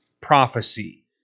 prophecy